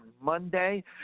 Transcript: Monday